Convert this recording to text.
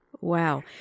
Wow